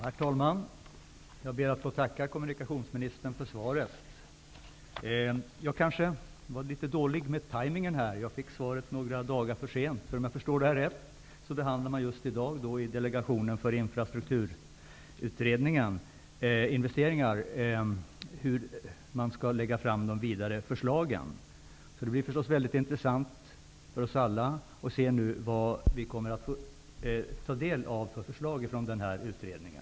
Herr talman! Jag ber att få tacka kommunikationsministern för svaret. Jag var kanske litet dålig med ''timingen''. Jag fick svaret några dagar för sent. Om jag förstår detta rätt, behandlar man just i dag i Delegationen för infrastrukturinvesteringar hur man skall lägga fram de vidare förslagen. Det blir förstås mycket intressant för oss alla att nu se vilka förslag som vi kommer att få ta del av från denna utredning.